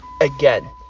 Again